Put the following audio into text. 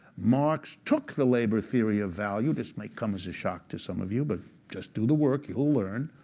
marx took the labor theory of value. this may come as a shock to some of you, but just do the work. you'll learn.